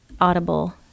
Audible